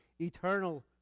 eternal